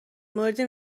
موردی